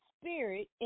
Spirit